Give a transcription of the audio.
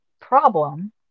problem